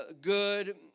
good